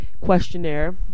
questionnaire